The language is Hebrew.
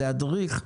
להדריך,